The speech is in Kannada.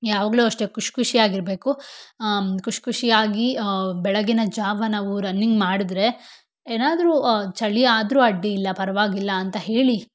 ಯಾವಾಗಲೂ ಅಷ್ಟೆ ಖುಷಿ ಖುಷ್ಯಾಗಿರ್ಬೇಕು ಖುಷಿ ಖುಷಿಯಾಗಿ ಬೆಳಗ್ಗಿನ ಜಾವ ನಾವು ರನ್ನಿಂಗ್ ಮಾಡಿದ್ರೆ ಏನಾದರೂ ಚಳಿ ಆದರೂ ಅಡ್ಡಿಯಿಲ್ಲ ಪರವಾಗಿಲ್ಲ ಅಂತ ಹೇಳಿ